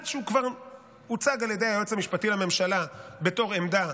כבר הוצג על ידי היועץ המשפטי הממשלה בתור עמדה,